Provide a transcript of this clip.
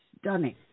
stunning